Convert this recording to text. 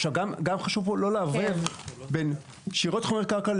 עכשיו גם חשוב פה לא לערבב בין שאריות חומר קרקע,